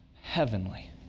heavenly